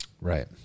Right